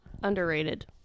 underrated